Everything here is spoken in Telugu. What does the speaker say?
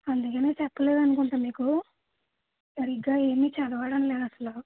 అందుకనే చెప్పలేదనుకుంట మీకు సరిగ్గా ఏమీ చదవడం లేదు అసలు